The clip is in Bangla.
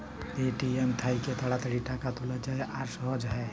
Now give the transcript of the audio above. এ.টি.এম থ্যাইকে তাড়াতাড়ি টাকা তুলা যায় আর সহজে হ্যয়